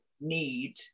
need